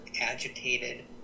agitated